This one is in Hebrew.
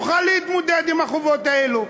תוכל להתמודד עם החובות האלה,